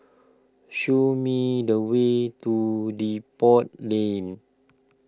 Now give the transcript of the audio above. show me the way to Depot Lane